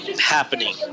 happening